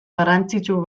garrantzitsu